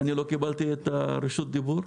כי אני לא קיבלתי את רשות הדיבור?